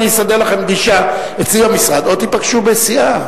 אני אסדר לכם פגישה אצלי במשרד, או תיפגשו בסיעה.